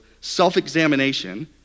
self-examination